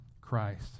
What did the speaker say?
Christ